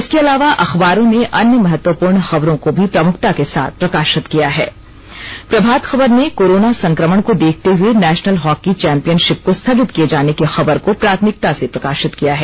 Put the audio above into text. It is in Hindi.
इसके अलावा अंखबारों ने अन्य महत्वपूर्ण खबरों को भी प्रमुखता के साथ प्रकाशित किया हैं प्रभात खबर ने कोरोना संक्रमण को देखते हुए नेशनल हॉकी चैंपियनशिप को स्थगित किए जाने की खबर को प्राथमिकता से प्रकाशित किया है